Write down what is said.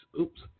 Oops